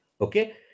Okay